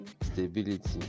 Stability